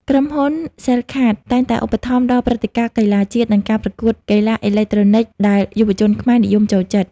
ក្រុមហ៊ុន សែលកាត (Cellcard) តែងតែឧបត្ថម្ភដល់ព្រឹត្តិការណ៍កីឡាជាតិ និងការប្រកួតកីឡាអេឡិចត្រូនិកដែលយុវជនខ្មែរនិយមចូលចិត្ត។